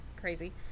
crazy